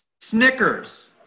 Snickers